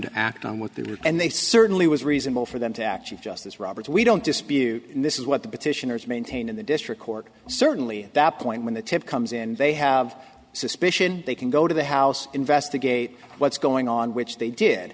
to act on with that and they certainly was reasonable for them to actually justice roberts we don't dispute and this is what the petitioners maintain in the district court certainly that point when the tip comes in they have suspicion they can go to the house investigate what's going on which they did